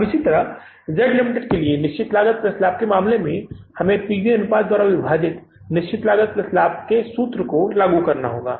अब इसी तरह Z Ltd निश्चित लागत लाभ के मामले में हमें P V अनुपात द्वारा विभाजित निश्चित लागत लाभ के सूत्र को लागू करना होगा